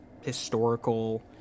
historical